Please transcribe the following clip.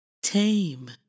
Tame